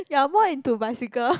you're more into bicycle